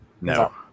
No